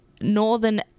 Northern